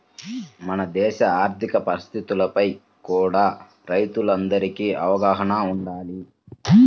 మన దేశ ఆర్ధిక పరిస్థితులపై కూడా రైతులందరికీ అవగాహన వుండాలి